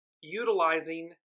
utilizing